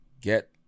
get